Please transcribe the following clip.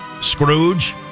Scrooge